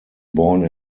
born